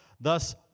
thus